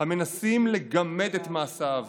המנסים לגמד את מעשיו.